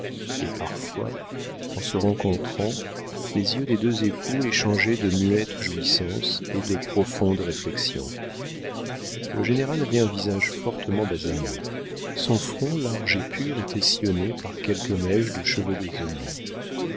et parfois en se rencontrant les yeux des deux époux échangeaient de muettes jouissances et de profondes réflexions le général avait un visage fortement basané son front large et pur était sillonné par quelques mèches de cheveux grisonnants